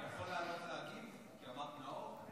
אני יכול לעלות להגיב כי היא אמרה "נאור"?